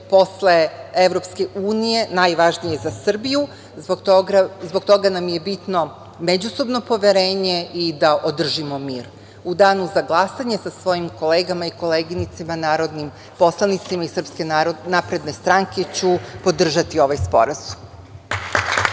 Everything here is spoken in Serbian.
posle EU najvažnije za Srbiju. Zbog toga nam je i bitno međusobno poverenje i da održimo mir.U danu za glasanje sa svojim kolegama i koleginicama narodnim poslanicima iz Srpske napredne stranke ću podržati ovaj sporazum.